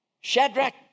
Shadrach